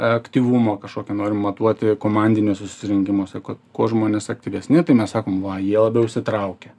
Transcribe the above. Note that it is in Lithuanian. aktyvumo kažkokio norim matuoti komandinius susirinkimus kuo žmonės aktyvesni tai mes sakom va jie labiau įsitraukę